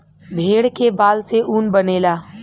भेड़ के बाल से ऊन बनेला